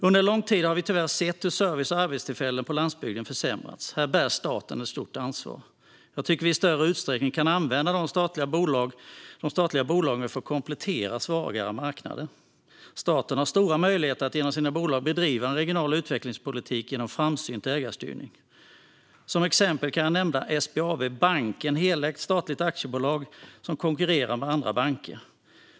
Under lång tid har vi tyvärr sett hur service försämrats och arbetstillfällen på landsbygden försvunnit, och här bär staten ett stort ansvar. Jag tycker att vi i större utsträckning kan använda de statliga bolagen för att komplettera svagare marknader. Staten har stora möjligheter att via sina bolag bedriva en regional utvecklingspolitik genom framsynt ägarstyrning. Som exempel kan jag nämna SBAB Bank, ett helägt statligt aktiebolag som konkurrerar med andra banker.